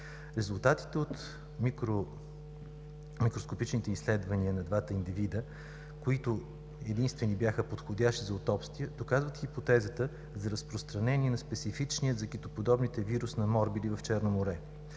Резултатите от микроскопските изследвания на двата индивида, които единствени бяха подходящи за аутопсия, доказват хипотезата за разпространение на специфичния за китоподобните вирус на морбили в Черно море.